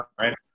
right